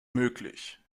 möglich